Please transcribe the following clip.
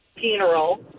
funeral